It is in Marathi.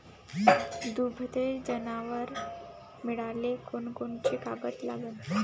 दुभते जनावरं मिळाले कोनकोनचे कागद लागन?